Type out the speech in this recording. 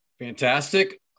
Fantastic